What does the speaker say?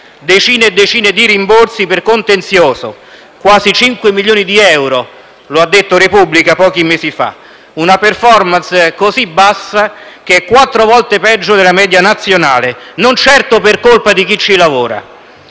decine e decine di rimborsi per contenzioso, quasi 5 milioni di euro (lo ha detto «la Repubblica» pochi mesi fa). Una *performance* così bassa che è quattro volte peggio della media nazionale, non certo per colpa di chi ci lavora.